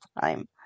time